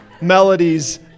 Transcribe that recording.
melodies